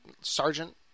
sergeant